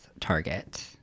target